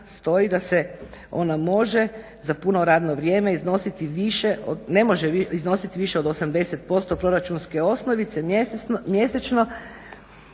stoji da se ona može za puno radno vrijeme iznositi više, ne može iznositi više od 80% proračunske osnovice mjesečno.